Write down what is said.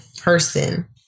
person